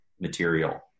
material